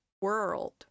world